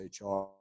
HR